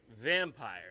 vampire